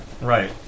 Right